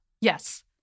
Yes